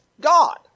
God